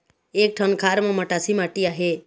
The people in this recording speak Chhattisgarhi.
एक ठन खार म मटासी माटी आहे?